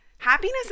Happiness